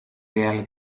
real